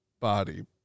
body